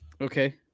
Okay